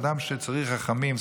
אדם שצריך רחמים,